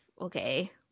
Okay